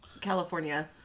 California